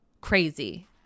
crazy